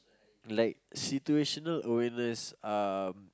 like situational awareness um